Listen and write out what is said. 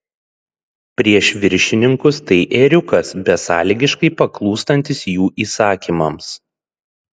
prieš viršininkus tai ėriukas besąlygiškai paklūstantis jų įsakymams